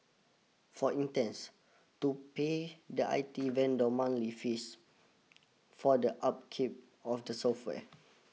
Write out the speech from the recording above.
for instance to pay the I T vendor monthly fees for the upkeep of the software